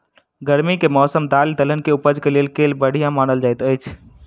गर्मी केँ मौसम दालि दलहन केँ उपज केँ लेल केल बढ़िया मानल जाइत अछि?